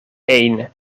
één